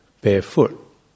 barefoot